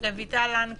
רויטל לן כהן.